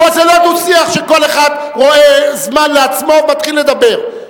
פה זה לא דו-שיח שכל אחד רואה זמן לעצמו ומתחיל לדבר.